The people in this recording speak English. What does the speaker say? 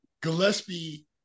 Gillespie